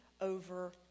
over